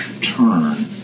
turn